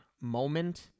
moment